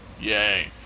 Yay